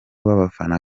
w’abafana